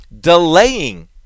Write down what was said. delaying